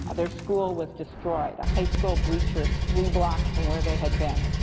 ah their school was destroyed, high school bleachers three blocks from where they had been.